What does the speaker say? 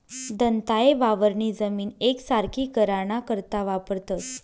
दंताये वावरनी जमीन येकसारखी कराना करता वापरतंस